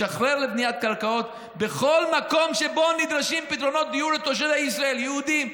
לשחרר לבניית קרקעות בכל מקום שבו נדרשים פתרונות לתושבי ישראל" יהודים,